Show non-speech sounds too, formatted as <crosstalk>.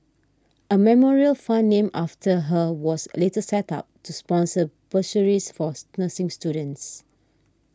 a memorial fund named after her was a later set up to sponsor bursaries for <noise> nursing students